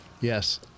Yes